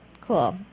Cool